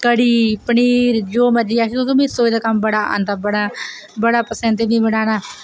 कढ़ी पनीर जो मर्जी आक्खो तुस्स मिगी रसोई दा कम्म बड़ा आंदा बड़ा आंदा बड़ा पसंद ऐ मिगी बनाना